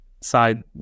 side